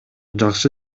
жакшы